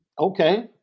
Okay